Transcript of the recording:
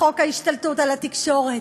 בחוק ההשתלטות על התקשורת.